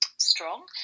strong